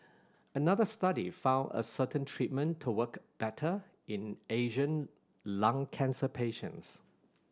another study found a certain treatment to work better in Asian lung cancer patients